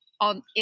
on